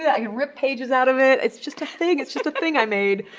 yeah i can rip pages out of it, it's just a thing. it's just a thing i made.